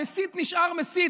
המסית נשאר מסית.